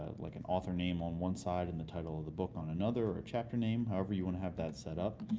like an author name on one side, and the title of the book on another, or a chapter name however you want to have that setup.